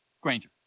Granger